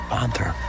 Panther